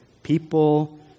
People